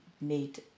need